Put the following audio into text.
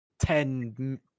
ten